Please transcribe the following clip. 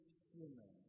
human